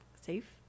safe